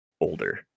older